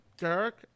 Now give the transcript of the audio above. Derek